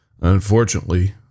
Unfortunately